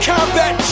Combat